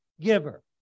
giver